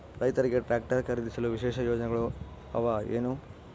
ರೈತರಿಗೆ ಟ್ರಾಕ್ಟರ್ ಖರೇದಿಸಲು ವಿಶೇಷ ಯೋಜನೆಗಳು ಅವ ಏನು?